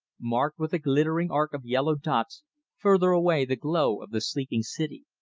marked with a glittering arc of yellow dots further away the glow of the sleeping city.